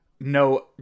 no